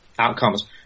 outcomes